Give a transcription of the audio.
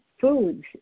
foods